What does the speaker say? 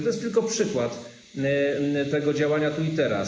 To jest tylko przykład tego działania tu i teraz.